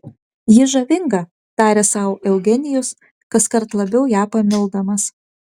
ji žavinga tarė sau eugenijus kaskart labiau ją pamildamas